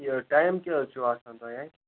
یہِ ٹایم کیٛاہ حظ چھُو آسان تۄہہِ اَتہِ